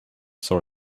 sort